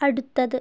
അടുത്തത്